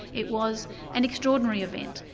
it was an extraordinary event,